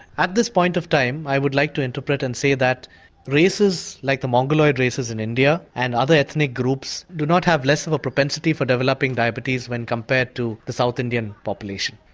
at this point of time i would like to interpret and say that races like the mongoloid races in india and other ethnic groups do not have less of a propensity for developing diabetes when compared to the south indian population.